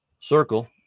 circle